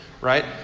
right